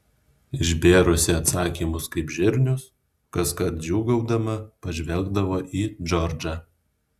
išbėrusi atsakymus kaip žirnius kaskart džiūgaudama pažvelgdavo į džordžą